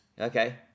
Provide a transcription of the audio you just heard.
okay